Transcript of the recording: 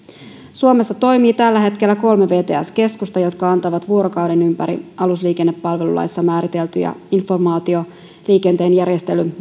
suomessa toimii tällä hetkellä kolme vts keskusta jotka antavat vuorokauden ympäri alusliikennepalvelulaissa määriteltyjä informaatio liikenteenjärjestely